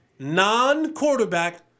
Non-quarterback